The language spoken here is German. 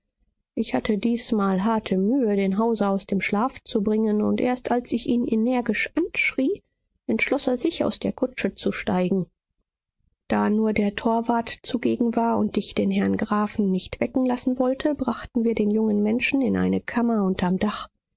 ich hatte diesmal harte mühe den hauser aus dem schlaf zu bringen und erst als ich ihn energisch anschrie entschloß er sich aus der kutsche zu steigen da nur der torwart zugegen war und ich den herrn grafen nicht wecken lassen wollte brachten wir den jungen menschen in eine kammer unterm dach